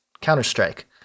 Counter-Strike